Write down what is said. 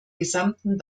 gesamten